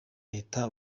leta